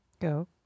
go